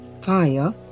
fire